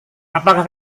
apakah